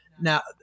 Now